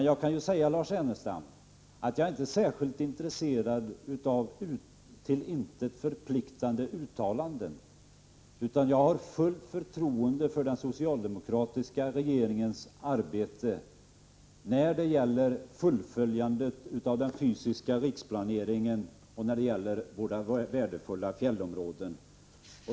Jag kan säga att jag inte är särskilt intresserad av till intet förpliktande uttalanden. Jag har fullt förtroende för den socialdemokratiska regeringens arbete när det gäller fullföljandet av den fysiska riksplaneringen och när det gäller våra värdefulla fjällområden.